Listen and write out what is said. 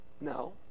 No